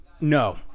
No